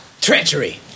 Treachery